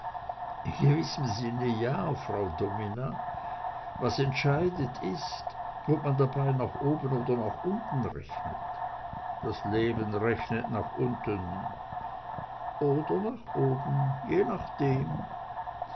in gewissem sinne ja frau domina was entscheidet ist ob man dabei nach oben oder nach unten rechnet das leben rechnet nach unten oder nach oben je nachdem